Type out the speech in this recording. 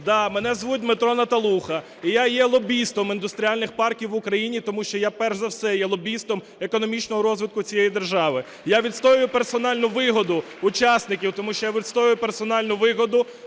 мене звуть Дмитро Наталуха і я є лобістом індустріальних парків в Україні, тому що я перш за все є лобістом економічного розвитку цієї держави. Я відстоюю персональну вигоду учасників, тому що я відстоюю персональну вигоду